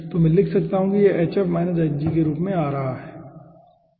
तो मैं लिख सकता हूं कि ये के रूप में आ रहा है ठीक है